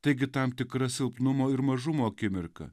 taigi tam tikra silpnumo ir mažumo akimirka